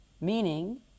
Meaning